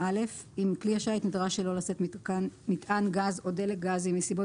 אם כלי השיט נדרש שלא לשאת מטען גז או דלק גזי מסיבות